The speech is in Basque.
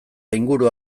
ingurua